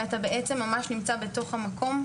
ואתה בעצם ממש נמצא בתוך המקום.